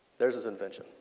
there was his invention.